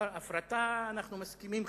בהפרטה אנחנו מסכימים חלקית,